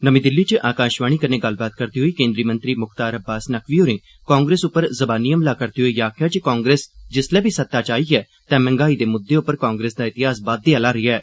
नमीं दिल्ली च आकाशवाणी कन्नै गल्लबात करदे होई केन्द्री मंत्री मुख्तार अब्बास नकवी होरें कांग्रेस पर ज़बानी हमला करदे होई आखेआ जे कांग्रेस जिसलै बी सत्ता च आई ऐ तां मैंह्गाई दे मुद्दे उप्पर कांग्रेस दा इतिहास बाद्दे आह्ला रेहा ऐ